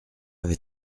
avait